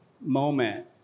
moment